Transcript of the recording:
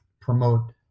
promote